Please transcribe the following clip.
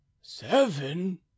seven